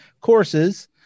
courses